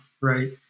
right